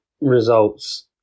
results